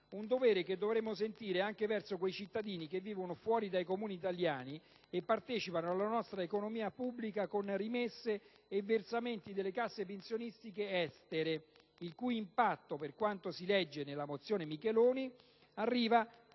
un dovere che dovremmo sentire anche verso quei cittadini che vivono fuori dai confini italiani e partecipano alla nostra economia pubblica con rimesse e versamenti nelle casse pensionistiche estere, il cui impatto, per quanto si legge nella mozione Micheloni, arriva